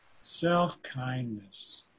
self-kindness